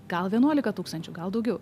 gal vienuolika tūkstančių gal daugiau